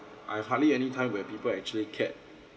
I have hardly any time where people actually cared